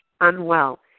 unwell